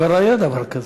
כבר היה דבר כזה.